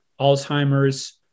Alzheimer's